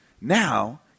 Now